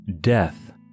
Death